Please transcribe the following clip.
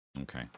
Okay